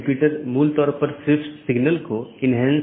update message मूल रूप से BGP साथियों के बीच से रूटिंग जानकारी है